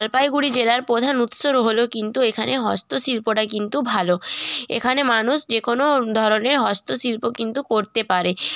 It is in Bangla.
জলপাইগুড়ি জেলার প্রধান উৎসব হল কিন্তু এখানে হস্তশিল্পটাই কিন্তু ভালো এখানে মানুষ যে কোনও ধরনের হস্তশিল্প কিন্তু করতে পারে